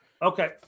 Okay